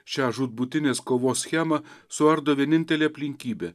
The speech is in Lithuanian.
šią žūtbūtinės kovos schemą suardo vienintelė aplinkybė